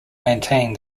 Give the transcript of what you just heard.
maintained